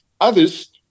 Others